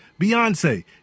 Beyonce